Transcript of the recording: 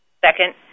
Second